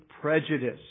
prejudice